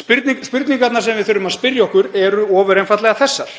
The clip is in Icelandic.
Spurningarnar sem við þurfum að spyrja okkur eru ofur einfaldlega þessar: